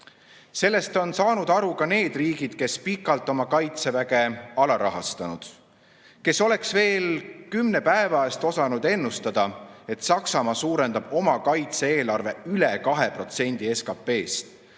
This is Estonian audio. Sellest on saanud aru ka need riigid, kes on pikalt oma kaitseväge alarahastanud. Kes oleks veel kümne päeva eest osanud ennustada, et Saksamaa suurendab oma kaitse-eelarvet tasemeni